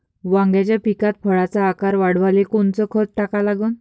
वांग्याच्या पिकात फळाचा आकार वाढवाले कोनचं खत टाका लागन?